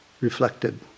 reflected